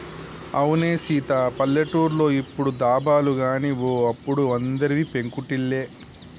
అవునే సీత పల్లెటూర్లో ఇప్పుడు దాబాలు గాని ఓ అప్పుడు అందరివి పెంకుటిల్లే